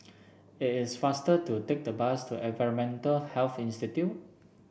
it is faster to take the bus to Environmental Health Institute